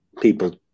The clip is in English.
people